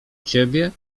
ciebie